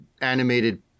animated